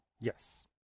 Yes